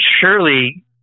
Surely